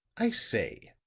i say,